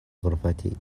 غرفتي